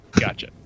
Gotcha